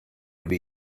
would